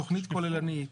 תכנית כוללנית,